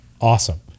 Awesome